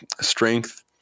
strength